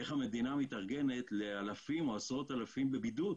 איך המדינה מתארגנת לאלפים או לעשרות אלפי אנשים בבידוד?